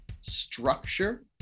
structure